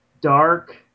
dark